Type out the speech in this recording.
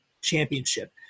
championship